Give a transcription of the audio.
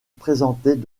présentait